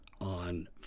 on